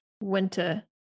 winter